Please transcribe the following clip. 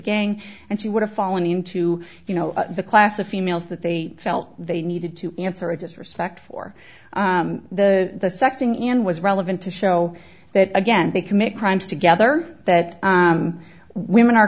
gang and she would have fallen into you know the class of females that they felt they needed to answer a disrespect for the sexting and was relevant to show that again they commit crimes together that women are